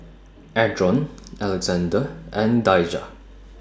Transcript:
Adron Alexande and Daijah